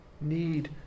need